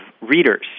readers